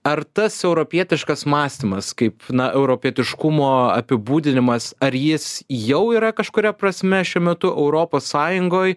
ar tas europietiškas mąstymas kaip na europietiškumo apibūdinimas ar jis jau yra kažkuria prasme šiuo metu europos sąjungoj